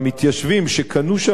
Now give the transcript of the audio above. שקנו שם את הדירות,